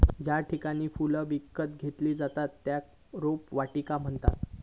ज्या ठिकाणी फुले विकत घेतली जातत त्येका रोपवाटिका म्हणतत